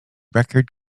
record